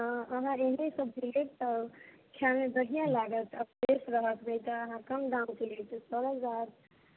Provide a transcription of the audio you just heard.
हँ अहाँ एहने सब्जी लेब तऽ खायमे बढ़िआँ लागत आ रेट रहत नहि तऽ अहाँ कम दामके लेब तऽ सड़ल रहत